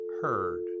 heard